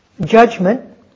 judgment